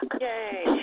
Yay